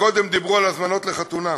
קודם דיברו על הזמנות לחתונה,